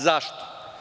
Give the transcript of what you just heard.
Zašto?